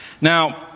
Now